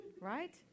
right